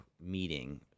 meeting